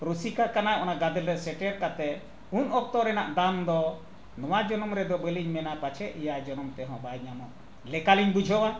ᱨᱩᱥᱤᱠᱟ ᱠᱟᱱᱟ ᱚᱱᱟ ᱜᱟᱫᱮᱞᱨᱮ ᱥᱮᱴᱮᱨ ᱠᱟᱛᱮᱫ ᱩᱱ ᱚᱠᱛᱚ ᱨᱮᱱᱟᱜ ᱫᱟᱢ ᱫᱚ ᱱᱚᱣᱟ ᱡᱚᱱᱚᱢ ᱨᱮᱫᱚ ᱵᱟᱹᱞᱤᱧ ᱢᱮᱱᱟ ᱯᱟᱪᱷᱮᱫ ᱮᱭᱟᱭ ᱡᱚᱱᱚᱢ ᱛᱮᱦᱚᱸ ᱵᱟᱭ ᱧᱟᱢᱚᱜᱼ ᱞᱮᱠᱟᱞᱤᱧ ᱵᱩᱡᱷᱟᱹᱣᱟ